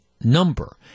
number